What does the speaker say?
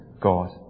God